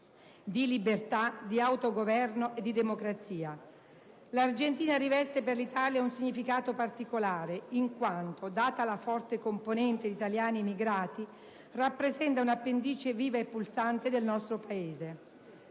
di libertà, di autogoverno e di democrazia. L'Argentina riveste per l'Italia un significato particolare, in quanto, data la forte componente di italiani emigrati, rappresenta un'appendice viva e pulsante del nostro Paese.